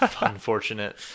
unfortunate